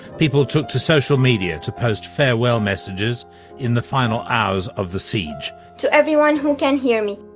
people took to social media to post farewell messages in the final hours of the siege. to everyone who can hear me,